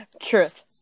Truth